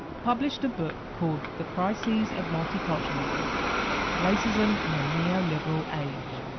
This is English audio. published a book called the crises of multiculturalism racism in a neoliberal age.